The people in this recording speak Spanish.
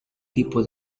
tipo